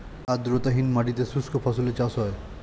আর্দ্রতাহীন মাটিতে শুষ্ক ফসলের চাষ হয়